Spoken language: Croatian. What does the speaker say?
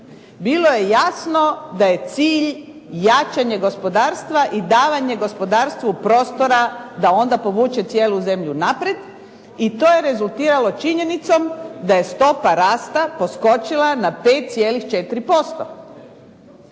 Bilo je jasno da je cilj jačanje gospodarstva i davanje gospodarstvu prostora da onda povuče cijelu zemlju naprijed. I to je rezultiralo činjenicom da je stopa rasta poskočila na 5,4%.